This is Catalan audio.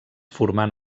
formant